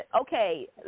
okay